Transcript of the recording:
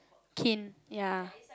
kin ya